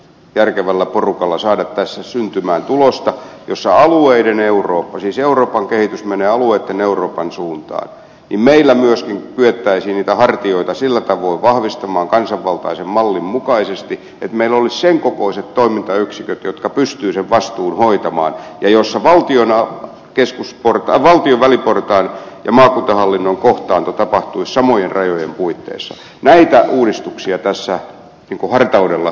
järkevällä porukalla saada tässä syntymään tulosta jossa alueiden eurooppa siis euroopan kehitys menee alueitten euroopan suuntaan meillä myöskin kyettäisiin niitä hartioita sillä avun vahvistamaan kansanvaltaisen mallin mukaisesti verollisen kokoiset toimintayksiköt jotka pystyisi vastuu hoitamaan jossa valtion keskus purkaneenkin väliportaan ja tallinnan puhtaana käteen samojen rajojen puitteissa näitä uudistuksia kanssa pikkuhartaudella